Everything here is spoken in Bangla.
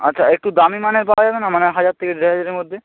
আচ্ছা একটু দামি মানের করা যাবে না মানে হাজার থেকে দেড় হাজারের মধ্যে